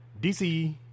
DC